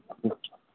अच्छा